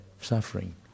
suffering